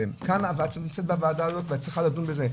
כאן את נמצאת בוועדה הזו ואת צריכה לדון בזה.